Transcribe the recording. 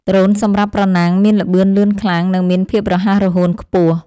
ដ្រូនសម្រាប់ប្រណាំង មានល្បឿនលឿនខ្លាំង និងមានភាពរហ័សរហួនខ្ពស់។